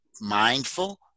mindful